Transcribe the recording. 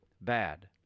bad